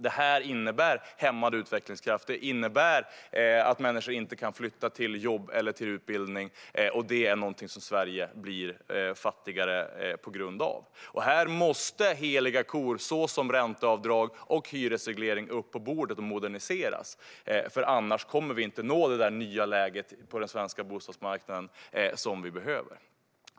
Det innebär hämmad utvecklingskraft och att människor inte kan flytta till jobb eller utbildning. Det är någonting som Sverige blir fattigare av. Här måste heliga kor såsom ränteavdrag och hyresreglering upp på bordet och moderniseras. Annars kommer vi inte att nå det nya läget på den svenska bostadsmarknaden som vi behöver.